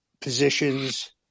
positions